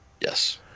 Yes